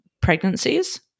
pregnancies